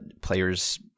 players